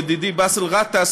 ידידי באסל גטאס,